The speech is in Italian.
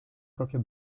propria